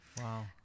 wow